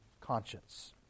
conscience